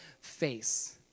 face